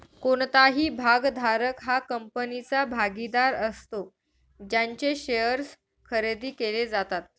कोणताही भागधारक हा कंपनीचा भागीदार असतो ज्यांचे शेअर्स खरेदी केले जातात